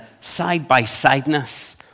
side-by-sideness